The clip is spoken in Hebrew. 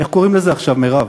איך קוראים לזה עכשיו, מרב?